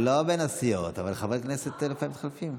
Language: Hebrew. לא בין הסיעות, אבל חברי כנסת לפעמים מתחלפים.